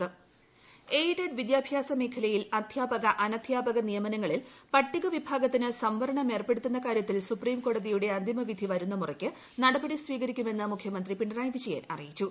സംവരണം വിധി മുഖ്യമന്ത്രി എയ്ഡഡ് വിദ്യാഭ്യാസ മേഖലയിൽ അധ്യാപക അനധ്യാപക നിയമനങ്ങളിൽ പട്ടിക വിഭാഗത്തിന് സംവരണം ഏർപ്പെടുത്തുന്ന കാര്യത്തിൽ സുപ്രീംകോടതിയുടെ അന്തിമ വിധി വരുന്ന മുറയ്ക്ക് നടപടി സ്വീകരിക്കുമെന്ന് മുഖ്യമന്ത്രി പിണറായി വിജയൻ അറിയിച്ചു